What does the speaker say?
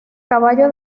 caballo